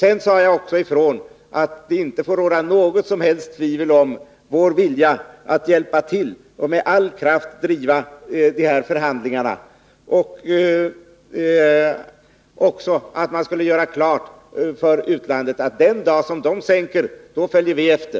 Sedan sade jag också ifrån att det inte får råda något som helst tvivel om vår vilja att hjälpa till och med all kraft driva de här förhandlingarna. Jag sade också att man bör göra klart för utlandet att den dag som utlandet sänker följer vi efter.